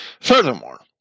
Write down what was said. Furthermore